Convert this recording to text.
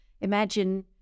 Imagine